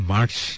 March